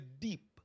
deep